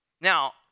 Now